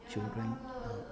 九个人 err